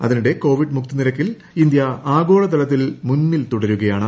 അതിനിടെ കോവിഡ് മുക്തി നിരക്കിൽ ഇന്ത്യ ആഗോളതല ത്തിൽ മുന്നിൽ തുടരുകയാണ്